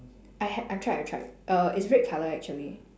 I had I tried I tried err it's red colour actually